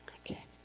Okay